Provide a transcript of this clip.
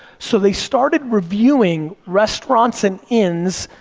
so they started reviewing restaurants and inns